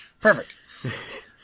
Perfect